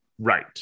Right